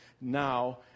now